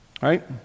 right